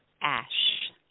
ash